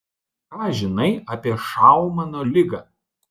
ką žinai apie šaumano ligą